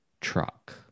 truck